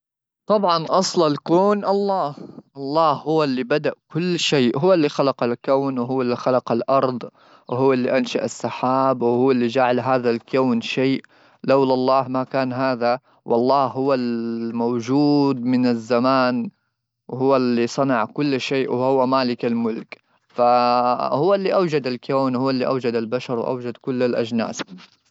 طبعا اصل الكون الله الله هو اللي بدا كل شيء هو اللي خلق الكون وهو اللي خلق الارض هو اللي انشا السحاب وهو اللي جعل هذا الكون شيء لولا الله ما كان هذا والله هو الموجود من الزمان هو اللي صنع كل شيء وهو مالك الملك فهو اللي اوجد الكون هو اللي اوجد البشر واوجد كل الاجناس.